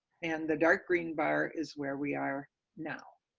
and the dark green bar is where we are now.